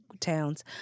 towns